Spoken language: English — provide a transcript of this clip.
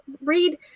read